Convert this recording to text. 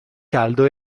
caldo